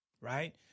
Right